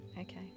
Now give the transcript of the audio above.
Okay